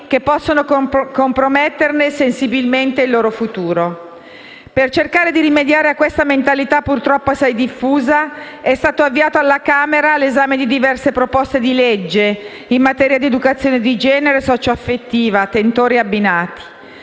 che possono compromettere sensibilmente il loro futuro. Per cercare di rimediare a questa mentalità, purtroppo assai diffusa, è stato avviato alla Camera l'esame di diverse proposte di legge in materia di educazione di genere socio-affettiva (proposta